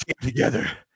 together